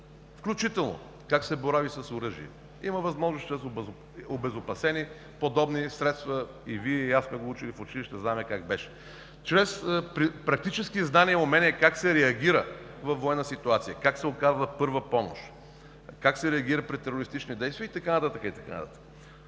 включително и как се борави с оръжие. Има възможност чрез обезопасени подобни средства – и Вие, и аз сме го учили в училище, знаем как беше, чрез практически знания и умения как се реагира във военна ситуация, как се оказва първа помощ, как се реагира при терористични действия и така нататък, и така